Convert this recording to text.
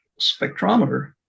spectrometer